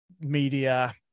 media